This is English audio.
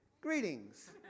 greetings